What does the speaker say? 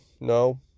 no